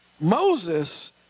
Moses